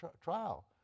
trial